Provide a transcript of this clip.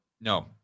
No